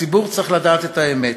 הציבור צריך לדעת את האמת: